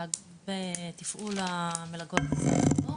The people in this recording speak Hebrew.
המל"ג בתפעול המלגות של משרד החינוך.